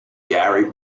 gary